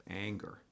anger